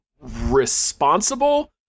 responsible